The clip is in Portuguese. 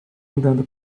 andando